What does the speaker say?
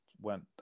went